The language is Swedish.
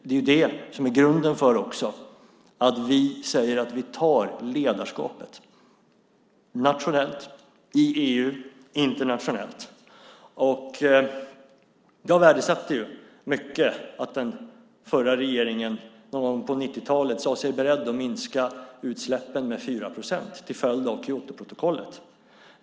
Det är det som är grunden för att vi säger att vi tar ledarskapet nationellt, i EU och internationellt. Jag värdesätter mycket att den förra regeringen någon gång på 90-talet sade sig vara beredd att minska utsläppen med 4 procent till följd av Kyotoprotokollet.